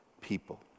people